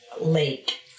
Lake